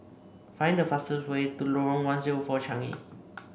find the fastest way to Lorong one zero four Changi